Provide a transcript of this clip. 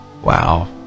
Wow